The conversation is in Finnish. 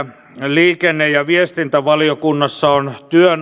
liikenne ja viestintävaliokunnassa on